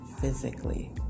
physically